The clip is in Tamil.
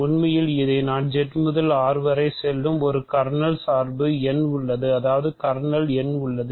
உண்மையில் இதை இந்த Z முதல் R வரை செல்லும் ஒரு கர்னல் சார்பு n உள்ளது அதாவது கர்னலில் n உள்ளது